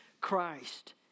Christ